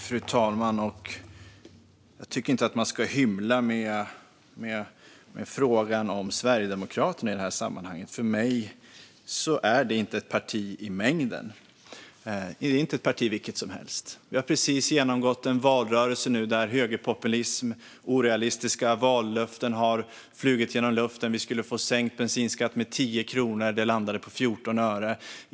Fru talman! Jag tycker inte att man ska hymla med frågan om Sverigedemokraterna i detta sammanhang. För mig är det inte ett parti i mängden. Det är inte ett parti vilket som helst. Vi har precis gått igenom en valrörelse där högerpopulism och orealistiska vallöften har flugit genom luften. Vi skulle få sänkt bensinskatt med 10 kronor. Det landade på 14 öre.